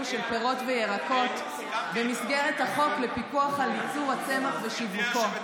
של פירות וירקות במסגרת החוק לפיקוח על ייצור הצמח ושיווקו.